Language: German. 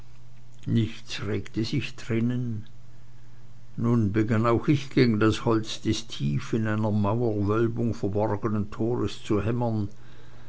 nichts regte sich drinnen nun begann auch ich gegen das holz des tief in einer mauerwölbung verborgenen tores zu hämmern